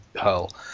hurl